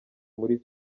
muri